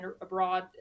abroad